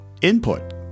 input